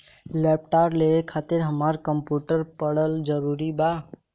Laptop लेवे खातिर हमरा कम्प्युटर पढ़ल जरूरी बा?